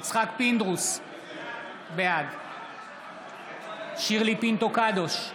יצחק פינדרוס, בעד שירלי פינטו קדוש,